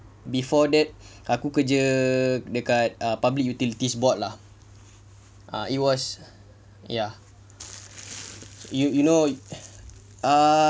before that aku kerja dekat public utilities board lah uh it was ya you you know ah